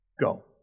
Go